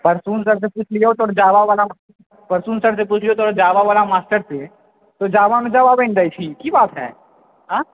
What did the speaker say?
Prasoon sir सॅं पूछलियौ तोहर जावा वला मास्टर से जावा मे जबाबे नहि दै छिही की बात है अँ